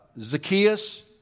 Zacchaeus